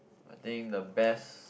I think the best